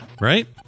Right